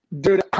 Dude